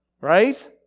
right